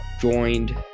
joined